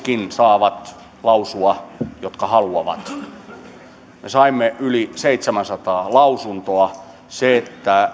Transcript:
saavat lausua jotka haluavat me saimme yli seitsemänsataa lausuntoa